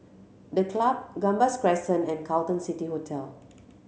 The Club Gambas Crescent and Carlton City Hotel